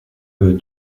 eux